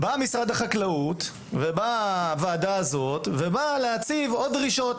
באים משרד החקלאות והוועדה הזאת ורוצים להציב עוד דרישות,